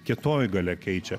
kietoji galia keičia